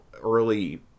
early